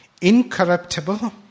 incorruptible